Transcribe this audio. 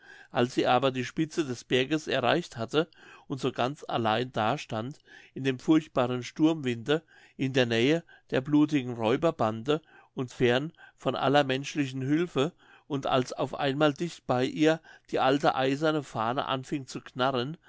als sie aber die spitze des berges erreicht hatte und so ganz allein da stand in dem furchtbaren sturmwinde in der nähe der blutigen räuberbande und fern von aller menschlichen hülfe und als auf einmal dicht bei ihr die alte eiserne fahne anfing zu knarren